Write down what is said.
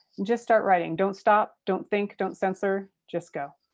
just start writing. don't stop. don't think. don't censor. just go.